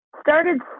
started